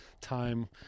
time